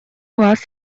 вас